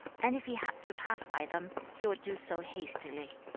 and if he had to pass by them, he would do so hastily.